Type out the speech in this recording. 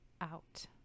out